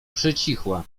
przycichła